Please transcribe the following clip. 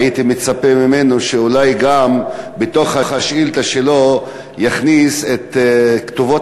הייתי מצפה ממנו שאולי בתוך השאילתה שלו יכניס גם את כתובות